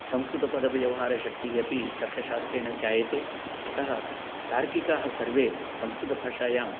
संस्कृतपदव्यवहारशक्तिः अपि तर्कशास्त्रेण जायते अतः तार्किकाः सर्वे संस्कृतभाषायां